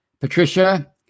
Patricia